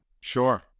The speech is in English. Sure